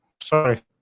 sorry